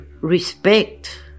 respect